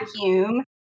vacuum